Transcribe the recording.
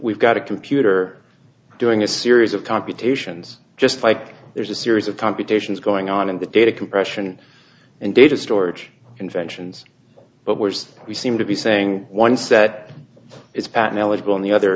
we've got a computer doing a series of computations just like there's a series of computations going on in the data compression and data storage inventions but where's we seem to be saying one set is patton eligible and the other